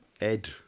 Ed